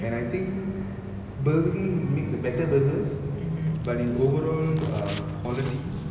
and I think burger king make the better burgers but in overall uh quality